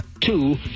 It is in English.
Two